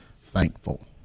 thankful